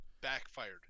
backfired